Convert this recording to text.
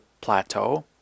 plateau